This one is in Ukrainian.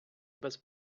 без